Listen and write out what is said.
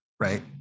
right